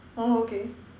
oh okay